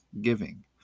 giving